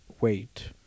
wait